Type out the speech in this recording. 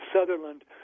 Sutherland